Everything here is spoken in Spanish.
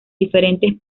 diferentes